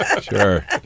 sure